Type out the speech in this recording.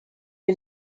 les